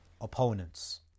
opponents